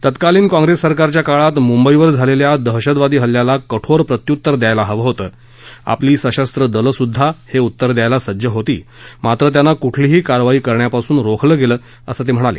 तत्कालीन काँग्रेस सरकारच्या काळात मुंबईवर झालेल्या दहशतवादी हल्ल्याला कठोर प्रत्युत्तर द्यायला हवं होतं आपली सशस्त् दलं सुद्धा हे उत्तर द्यायला सज्ज होती मात्र त्यांना कुठलीही कारवाई करण्यापासून रोखलं गेलं असं ते म्हणाले